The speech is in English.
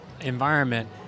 environment